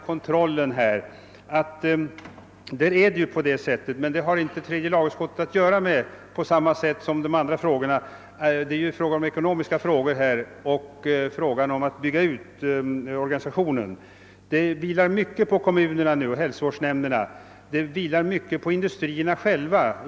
Kontrollen har inte tredje lagutskottet att göra med på samma sätt som med övriga frågor, eftersom det gäller ekonomiska överväganden och en utbyggnad av organisationen. Stora uppgifter vilar här på kommunerna och deras hälsovårdsnämnder och på industrierna.